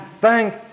thank